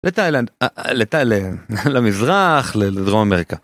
לתאילנד לתאילנד למזרח לדרום אמריקה.